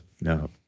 No